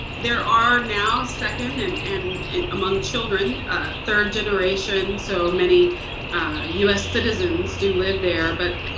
there are now second and and among children third generation so many u s. citizens do live there. but